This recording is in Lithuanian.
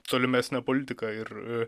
tolimesnę politiką ir